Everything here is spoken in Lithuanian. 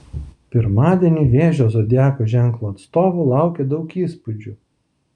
pirmadienį vėžio zodiako ženklo atstovų laukia daug įspūdžių